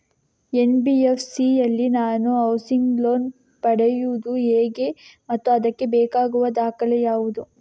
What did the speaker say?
NBFC ಯಲ್ಲಿ ನಾನು housing loan ಪಡೆಯುದು ಹೇಗೆ ಮತ್ತು ಅದಕ್ಕೆ ಬೇಕಾಗುವ ದಾಖಲೆ ಯಾವುದು?